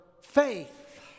faith